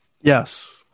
Yes